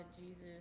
Jesus